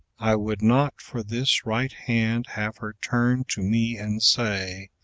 i would not for this right hand have her turn to me and say,